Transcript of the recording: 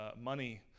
money